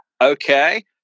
okay